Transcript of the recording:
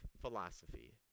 philosophy